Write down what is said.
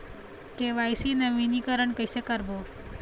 KYC नवीनीकरण कैसे करबो?